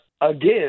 again